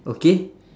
okay